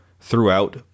throughout